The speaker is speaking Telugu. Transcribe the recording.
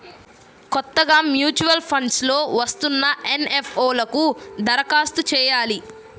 కొత్తగా మూచ్యువల్ ఫండ్స్ లో వస్తున్న ఎన్.ఎఫ్.ఓ లకు దరఖాస్తు చెయ్యాలి